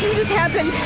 happened.